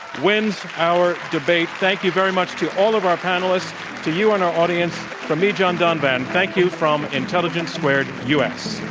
wins our debate, thank you very much to all of our panelists, to you in and our audience, from me, john donvan, thank you from intelligence squared us.